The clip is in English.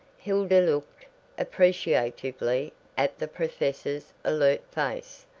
hilda looked appreciatively at the professor's alert face,